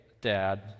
dad